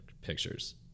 pictures